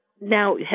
Now